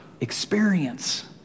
experience